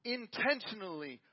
intentionally